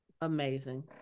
amazing